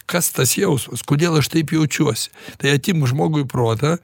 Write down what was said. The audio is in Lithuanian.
kas tas jausmas kodėl aš taip jaučiuosi tai atimk žmogui protą